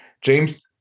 James